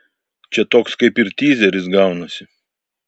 čia toks kaip ir tyzeris gaunasi